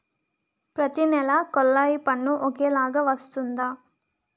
ప్రతి నెల కొల్లాయి పన్ను ఒకలాగే వస్తుందా?